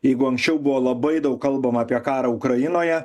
jeigu anksčiau buvo labai daug kalbama apie karą ukrainoje